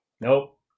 Nope